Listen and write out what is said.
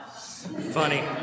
Funny